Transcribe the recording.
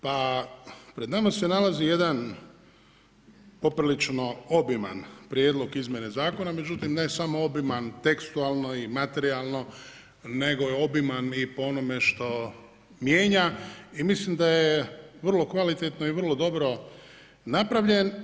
Pa pred nama se nalazi jedan poprilično obiman prijedlog izmjene zakona, međutim ne samo obiman tekstualno i materijalno nego je obiman i po onome što mijenja i mislim da je vrlo kvalitetno i vrlo dobro napravljen.